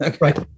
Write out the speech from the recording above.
right